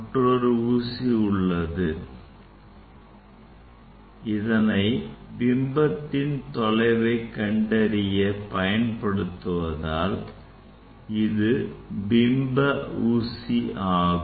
மற்றொரு ஊசி இதனை பிம்பத்தின் தொலைவை கண்டறிய பயன்படுவதால் இது பிம்ப ஊசி ஆகும்